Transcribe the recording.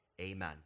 Amen